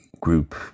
group